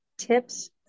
Tips